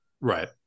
Right